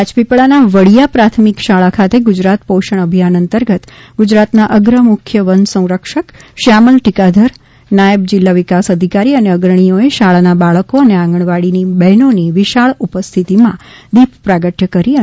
રાજપીપળાના વડીયા પ્રાથમિક શાળા ખાતે ગુજરાત પોષણ અભિયાન અંતર્ગત ગુજરાતના અગ્ર મુખ્ય વનસંરક્ષક શ્યામલ ટીકાધર નાયબ જિલ્લા વિકાસ અધિકારી અને અગ્રણીઓએ શાળાના બાળકો અને આંગણવાડીની બહેનોની વિશાળ ઉપસ્થિતિમાં દીપપ્રાગટ્ય કરી શરૂ કર્યું હતું